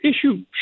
issue